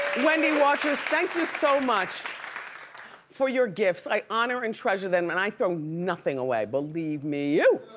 wendy watchers, thank you so much for your gifts. i honor and treasure them, and i throw nothing away, believe me you.